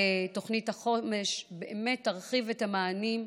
תוכנית החומש באמת תרחיב את המענים,